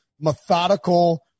methodical